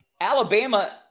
Alabama